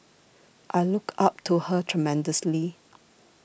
I look up to her tremendously